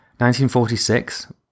1946